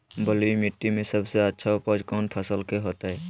बलुई मिट्टी में सबसे अच्छा उपज कौन फसल के होतय?